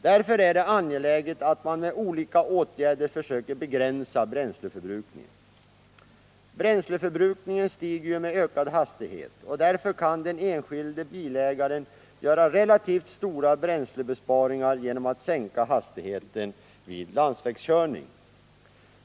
Därför är det angeläget att man med olika åtgärder försöker begränsa bränsleförbrukningen. Bränsleförbrukningen stiger ju med ökad hastighet, och därför kan den enskilde bilägaren göra relativt stora bränslebesparingar genom att sänka hastigheten vid landsvägskörning.